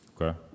Okay